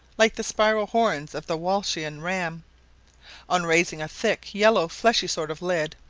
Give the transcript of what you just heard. like the spiral horns of the walachian ram on raising a thick yellow fleshy sort of lid,